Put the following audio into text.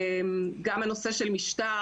גם הנושא של משטר,